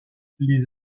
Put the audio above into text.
les